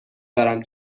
دارم